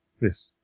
Yes